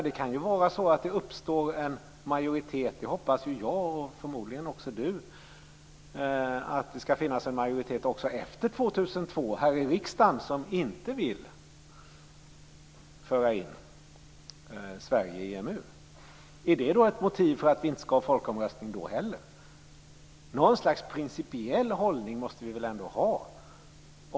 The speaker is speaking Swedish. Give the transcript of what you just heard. Det kan ju finnas en majoritet här i riksdagen - det hoppas jag och förmodligen också Per Ola Eriksson - också efter år 2002 som inte vill föra in Sverige i EMU. Är det ett motiv för att inte ha folkomröstning då heller? Något slags principiell hållning måste vi väl ändå ha.